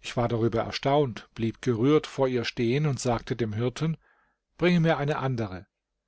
ich war darüber erstaunt blieb gerührt vor ihr stehen und sagte dem hirten bringe mir eine andere